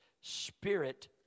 spirit